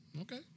Okay